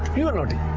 you are naughty.